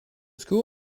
school